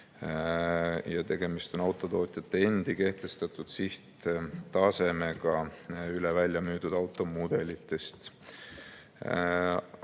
Tegemist on autotootjate endi kehtestatud sihttasemega üle välja müüdud automudelitest.